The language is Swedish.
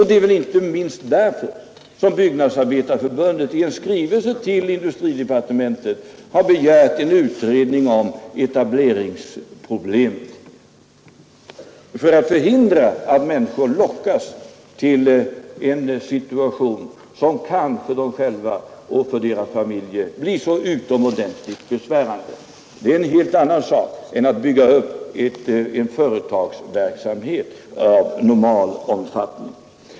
Det är inte minst därför som Byggnadsarbetarförbundet i en skrivelse till industridepartementet begärt en utredning om etableringsproblemen för att förhindra att människor lockas i en situation som kanske för dem själva och för deras familjer kan bli utomordentligt besvärande. Det är en helt annan sak än att bygga upp en företagsverksamhet av normal omfattning.